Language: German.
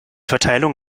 verteilung